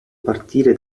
partire